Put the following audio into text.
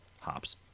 hops